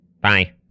Bye